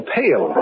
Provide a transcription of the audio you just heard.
pale